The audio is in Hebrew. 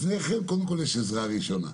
לפני כן יש עזרה ראשונה.